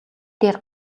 дээр